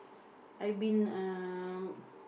I been uh